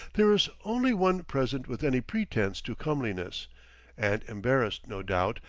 there is only one present with any pretence to comeliness and embarrassed, no doubt,